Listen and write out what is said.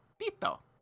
Tito